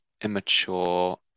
immature